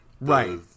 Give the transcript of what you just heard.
Right